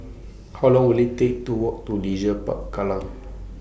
How Long Will IT Take to Walk to Leisure Park Kallang